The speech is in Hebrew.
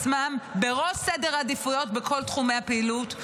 עצמם בראש סדר העדיפויות בכל תחומי הפעילות.